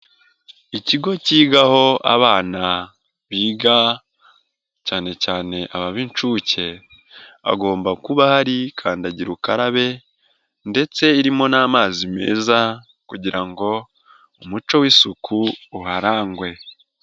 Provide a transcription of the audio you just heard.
Ikigo cyigaho abana biga, cyane cyane aba b'inshuke, hagomba kuba hari kandagira ukarabe, ndetse irimo n'amazi meza kugira ngo, umuco w'isuku uharangwe.